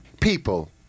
people